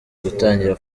gutangira